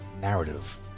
narrative